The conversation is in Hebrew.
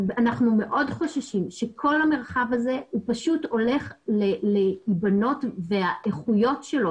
אנחנו מאוד חוששים שכל המרחב הזה הוא פשוט הולך להיבנות והאיכויות שלו,